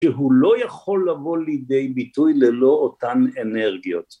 שהוא לא יכול לבוא לידי ביטוי ללא אותן אנרגיות